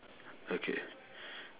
okay